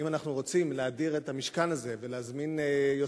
אם אנחנו רוצים להאדיר את המשכן הזה ולהזמין יוצרים,